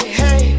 hey